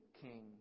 king